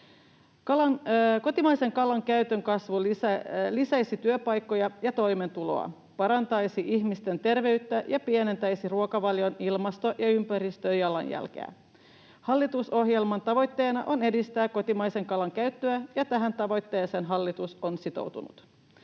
Kotimaisen kalan käytön kasvu lisäisi työpaikkoja ja toimeentuloa, parantaisi ihmisten terveyttä ja pienentäisi ruokavalion ilmasto- ja ympäristöjalanjälkeä. Hallitusohjelman tavoitteena on edistää kotimaisen kalan käyttöä, ja tähän tavoitteeseen hallitus on sitoutunut.